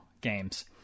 games